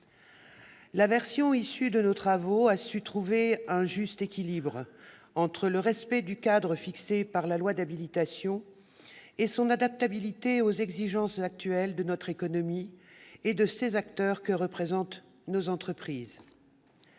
La version issue de nos travaux a su trouver un juste équilibre entre le respect du cadre fixé par la loi d'habilitation et son adaptabilité aux exigences actuelles de notre économie et de ses acteurs, nos entreprises.